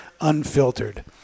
unfiltered